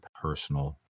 personal